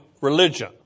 religion